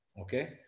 okay